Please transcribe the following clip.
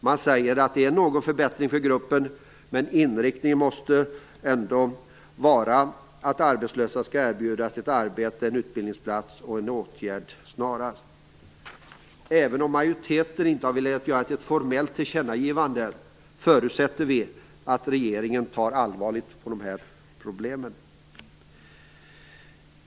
Man säger att det är någon förbättring för gruppen, men inriktningen måste ändå vara att arbetslösa snarast skall erbjudas ett arbete, en utbildningsplats eller en åtgärd. Även om majoriteten inte har velat göra ett formellt tillkännagivande, förutsätter vi att regeringen tar allvarligt på problemen.